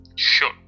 Sure